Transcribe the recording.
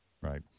Right